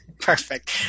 perfect